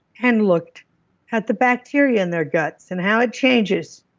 and looked at the bacteria in their guts and how it changes.